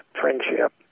friendship